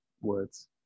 words